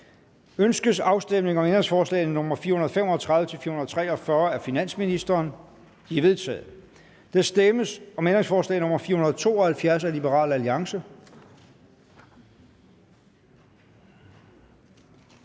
Ønskes afstemning om ændringsforslag nr. 542 og 448 af finansministeren? De er vedtaget. Der stemmes om ændringsforslag nr. 497 af Liberal Alliance.